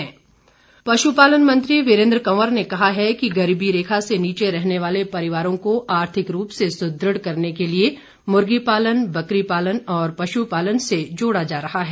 वीरेन्द्र कंवर पश्पालन मंत्री वीरेन्द्र कंवर ने कहा है कि गरीबी रेखा से नीचे रहने वाले परिवारों को आर्थिक रूप से सुदृढ़ करने के लिए मुर्गी पालन बकरी पालन और पशुपालन से जोड़ा जा रहा है